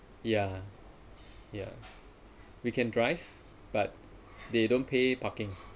yeah yeah we can drive but they don't pay parking